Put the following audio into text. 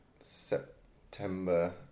September